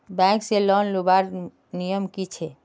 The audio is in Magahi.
बैंक से लोन लुबार नियम की छे?